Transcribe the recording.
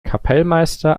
kapellmeister